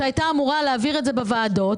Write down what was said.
שהייתה אמורה להעביר את זה בוועדות,